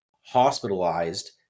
hospitalized